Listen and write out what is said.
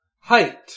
Height